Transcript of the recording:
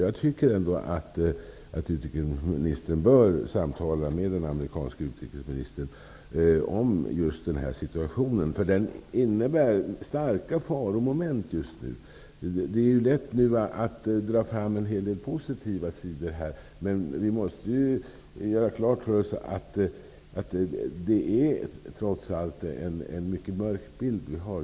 Jag tycker ändå att utrikesministern bör samtala med den amerikanske utrikesministern om den här situationen, som innebär starka faromoment just nu. Det är lätt att dra fram en hel del positiva sidor, men vi måste göra klart för oss att bilden trots allt är mycket mörk.